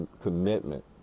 commitment